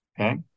Okay